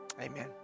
amen